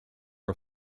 are